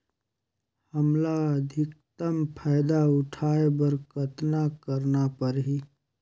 हमला अधिकतम फायदा उठाय बर कतना करना परही?